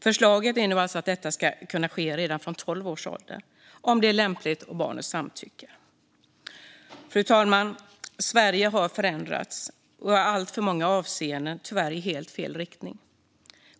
Förslaget är nu att detta ska kunna ske redan från 12 års ålder om det är lämpligt och barnet samtycker. Fru talman! Sverige har förändrats - i alltför många avseenden tyvärr i helt fel riktning.